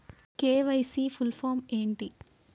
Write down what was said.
KYC full form ఏంటి?